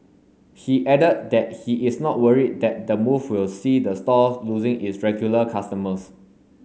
he added that he is not worried that the move will see the store losing its regular customers